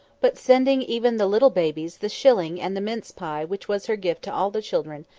but sending even the little babies the shilling and the mince-pie which was her gift to all the children,